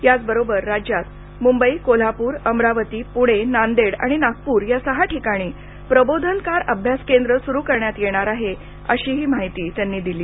याचबरोबर राज्यात मुंबई कोल्हापूर अमरावती प्णे नांदेड आणि नागप्र या सहा ठिकाणी प्रबोधनकार अभ्यास केंद्र सुरू करण्यात येणार आहे अशीही माहिती त्यांनी दिली